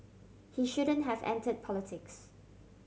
he shouldn't have entered politics